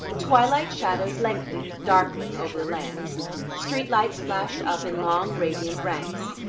twilight shadows lengthened, darkling, over the land street-lights flashed up in long, radiant ranks.